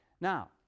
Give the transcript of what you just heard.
Now